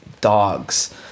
dogs